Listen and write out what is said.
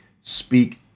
speak